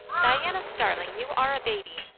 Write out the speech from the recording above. diana starling, you are a baby!